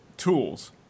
Tools